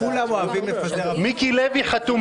כולם אוהבים לפזר הבטחות.